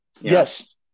Yes